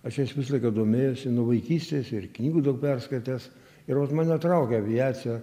aš jais visą laiką domėjosi nuo vaikystės ir knygų daug perskaitęs ir vat mane traukia aviacija